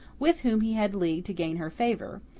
with whom he had leagued to gain her favour,